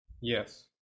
Yes